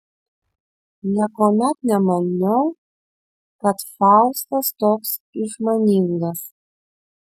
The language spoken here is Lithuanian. niekuomet nemaniau kad faustas toks išmaningas